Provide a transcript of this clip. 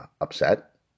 upset